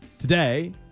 Today